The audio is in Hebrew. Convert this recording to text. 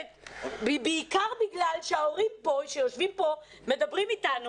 בעיקר בגלל שההורים שיושבים פה מדברים אתנו